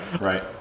Right